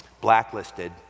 blacklisted